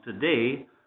today